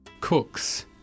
Cooks